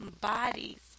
bodies